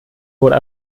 wurde